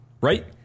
Right